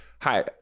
Hi